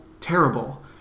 terrible